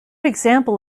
example